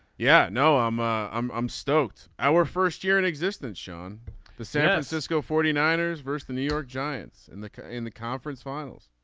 yeah. no i'm um i'm stoked. our first year in existence shown the san francisco forty nine ers versus the new york giants in the in the conference finals.